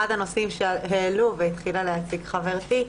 אחד הנושאים שהעלו והתחילה להציג חברתי,